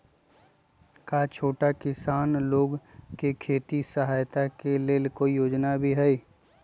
का छोटा किसान लोग के खेती सहायता के लेंल कोई योजना भी हई?